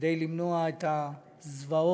כדי למנוע את הזוועות,